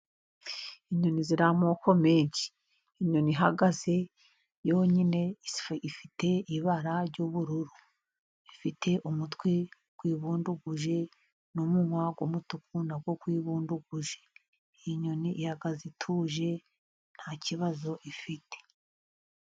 Inyoni zirimoko menshi, inyoni ihagaze yonyine isanifite ibara ry'ubururu, ifite umutwe wibunduguje n'umunwa wumutuku nawo wibunduguje, inyoni ihagaze ituje nta kibazo ifite.